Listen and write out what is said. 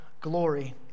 glory